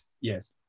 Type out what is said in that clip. Yes